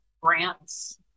grants